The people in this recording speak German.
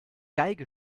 geige